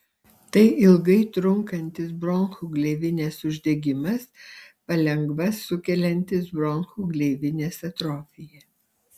tai ilgai trunkantis bronchų gleivinės uždegimas palengva sukeliantis bronchų gleivinės atrofiją